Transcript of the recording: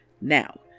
Now